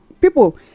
people